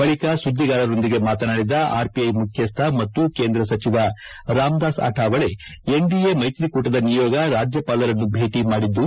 ಬಳಿಕ ಸುದ್ದಿಗಾರರೊಂದಿಗೆ ಮಾತನಾಡಿದ ಆರ್ಪಿಐ ಮುಖ್ಯಸ್ಥ ಮತ್ತು ಕೇಂದ್ರ ಸಚಿವ ರಾಮ್ದಾಸ್ ಅಠಾವಲೆ ಎನ್ಡಿಎ ಮೈತ್ರಿಕೂಟದ ನಿಯೋಗ ರಾಜ್ಯಪಾಲರನ್ನು ಭೇಟಿ ಮಾಡಿದ್ದು